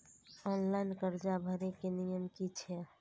Online कर्जा भरे के नियम की छे?